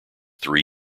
three